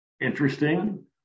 interesting